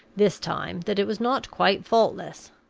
this time, that it was not quite faultless.